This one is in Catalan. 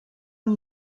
amb